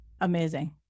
amazing